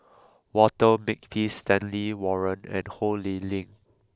Walter Makepeace Stanley Warren and Ho Lee Ling